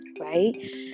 right